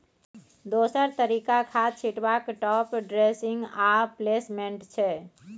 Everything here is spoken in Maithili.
दोसर तरीका खाद छीटबाक टाँप ड्रेसिंग आ प्लेसमेंट छै